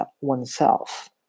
one'self